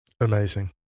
Amazing